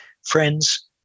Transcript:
Friends